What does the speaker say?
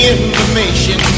information